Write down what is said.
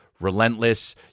Relentless